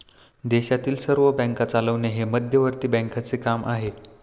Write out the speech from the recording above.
देशातील सर्व बँका चालवणे हे मध्यवर्ती बँकांचे काम आहे